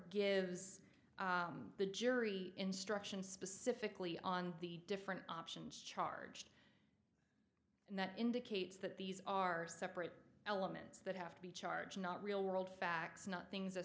gives the jury instructions specifically on the different options charged and that indicates that these are separate elements that have to be charge not real world facts not things